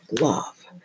love